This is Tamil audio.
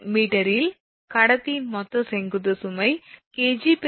𝐾𝑔𝑚 இல் கடத்தியின் மொத்த செங்குத்து சுமை c